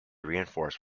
reinforced